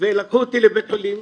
לקחו אותי לבית החולים,